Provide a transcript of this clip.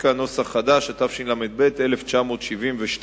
הסטטיסטיקה , התשל"ב 1972,